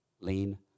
Lean